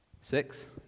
Six